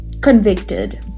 convicted